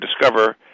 discover